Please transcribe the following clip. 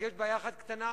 רק יש בעיה אחת קטנה: